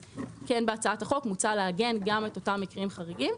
אז בהצעת החוק מוצע לעגן גם את אותם מקרים חריגים.